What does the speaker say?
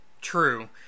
true